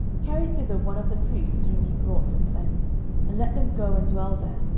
carry thither one of the priests whom ye brought from thence and let them go and dwell there,